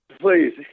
Please